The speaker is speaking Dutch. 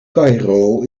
caïro